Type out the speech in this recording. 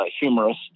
humorous